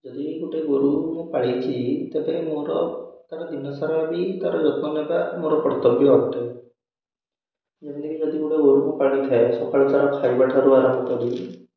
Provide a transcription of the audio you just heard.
ଯଦି ଗୋଟେ ଗୋରୁ କୁ ମୁଁ ପାଳିଛି ତେବେ ମୋର ତା'ର ଦିନସାରା ବି ତା'ର ଯତ୍ନ ନେବା ମୋର କର୍ତ୍ତବ୍ୟ ଅଟେ ଯେମିତିକି ଯଦି ଗୋଟେ ଗୋରୁ କୁ ପାଳିଥାଏ ସକାଳୁ ତା'ର ଖାଇବା ଠାରୁ ଆରମ୍ଭ କରି